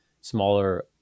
smaller